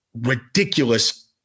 ridiculous